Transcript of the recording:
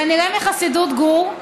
כנראה מחסידות גור,